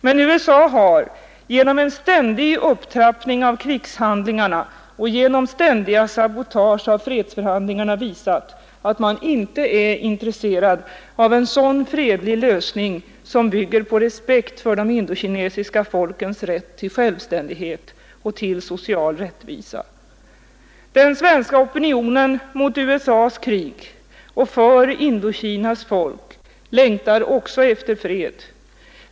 Men USA har genom en ständig upptrappning av krigshandlingarna och genom ständiga sabotage av fredsförhandlingarna visat att man inte är intresserad av en sådan fredlig lösning som bygger på respekt för de indokinesiska folkens rätt till självständighet och till social rättvisa. Den svenska opinionen mot USA:s krig och för Indokinas folk längtar också efter fred.